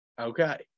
Okay